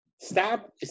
Stop